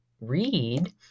read